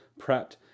prepped